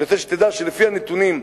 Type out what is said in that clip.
אני רוצה שתדע שלפי הנתונים,